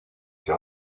que